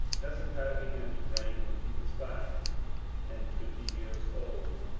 hezekiah began to reign when he was five and twenty years old,